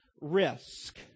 risk